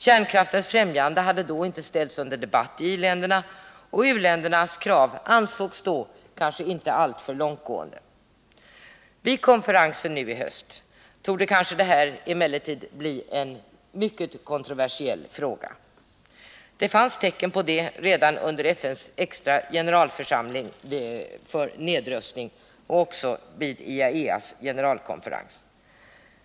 Kärnkraftens främjande hade då inte ställts under debatt i i-länderna, och u-ländernas krav ansågs kanske inte alltför långtgående. Vid konferensen nu i höst torde detta bli en mycket kontroversiell fråga. Det fanns tecken på detta redan under FN:s generalförsamlings extra konferens för nedrustning och också vid IAEA:s generalkonferens.